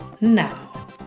now